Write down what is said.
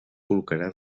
col·locarà